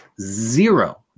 zero